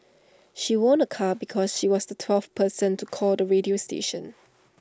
she won A car because she was the twelfth person to call the radio station